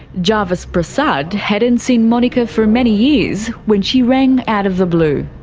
jarvis prasad hadn't seen monika for many years when she rang out of the blue.